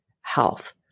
health